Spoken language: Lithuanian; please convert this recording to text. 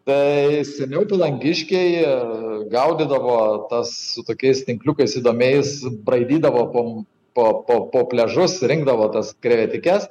tai seniau palangiškiai gaudydavo su tokiais tinkliukais įdomiais braidydavo po po po pliažus rinkdavo tas krevetikes